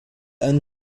einen